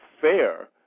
fair